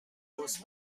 پست